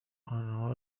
آنها